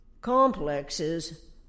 complexes